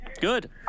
Good